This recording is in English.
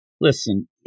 listen